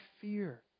fear